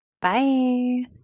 Bye